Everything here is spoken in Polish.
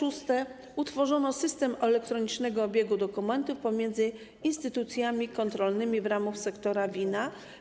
Utworzono system elektronicznego obiegu dokumentów pomiędzy instytucjami kontrolnymi w ramach sektora wina.